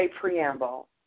preamble